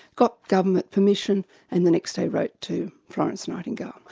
got government permission and the next day wrote to florence nightingale.